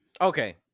Okay